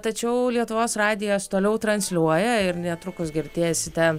tačiau lietuvos radijas toliau transliuoja ir netrukus girdėsite